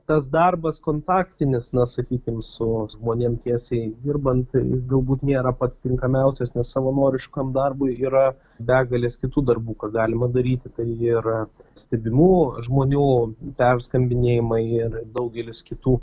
tas darbas kontaktinis na sakykim su žmonėm tiesiai dirbant ir galbūt nėra pats tinkamiausias nes savanoriškam darbui yra begalės kitų darbų ką galima daryti tai ir stebimų žmonių perskambinėjimai ir daugelis kitų